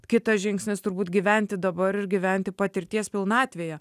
kitas žingsnis kad gyventi dabar ir gyventi patirties pilnatvėje